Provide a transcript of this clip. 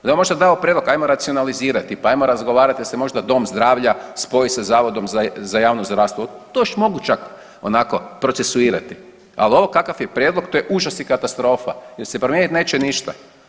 Da je on možda dao prijedlog ajmo racionalizirati, pa ajmo razgovarati da se možda dom zdravlja spoji sa zavodom za javno zdravstvo, to još mogu čak onako procesuirati, ali ovo kakav je prijedlog to je užas i katastrofa jer se promijenit neće ništa.